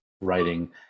writing